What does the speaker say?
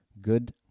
good